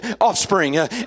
offspring